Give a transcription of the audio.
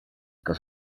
kas